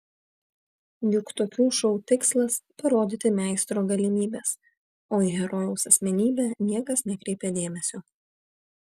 juk tokių šou tikslas parodyti meistro galimybes o į herojaus asmenybę niekas nekreipia dėmesio